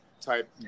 type